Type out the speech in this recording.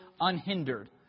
unhindered